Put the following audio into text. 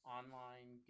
online